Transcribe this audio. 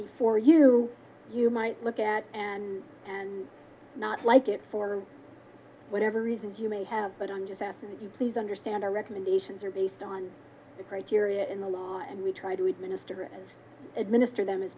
coming for you you might look at and not like it for whatever reasons you may have but i'm just asking you please understand our recommendations are based on the criteria in the law and we try to administer it administer them as